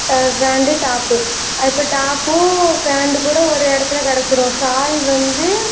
pant top இப்போ டாப்பும் pant கூட ஒரு இடத்துல கிடச்சுடும் ஷால் வந்து